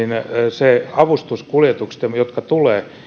ne avustuskuljetukset jotka